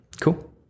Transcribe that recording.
cool